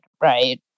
right